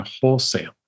wholesale